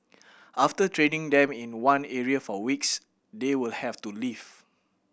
after training them in one area for weeks they will have to leave